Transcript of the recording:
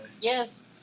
Yes